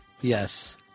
yes